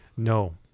No